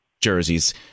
jerseys